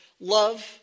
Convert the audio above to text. love